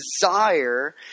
desire